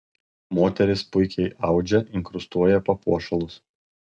moterys puikiai audžia inkrustuoja papuošalus